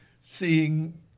seeing